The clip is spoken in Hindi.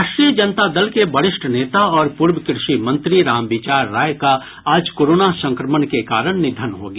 राष्ट्रीय जनता दल के वरिष्ठ नेता और पूर्व कृषि मंत्री रामविचार राय का आज कोरोना संक्रमण के कारण निधन हो गया